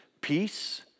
peace